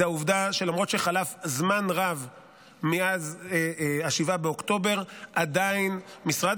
זה העובדה שלמרות שחלף זמן רב מאז 7 באוקטובר עדיין משרד